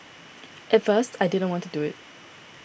at first I didn't want to do it